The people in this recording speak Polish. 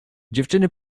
dziewczyny